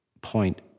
point